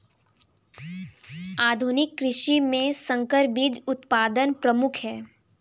आधुनिक कृषि में संकर बीज उत्पादन प्रमुख है